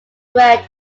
red